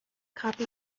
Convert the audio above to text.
copy